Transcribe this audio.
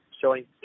showing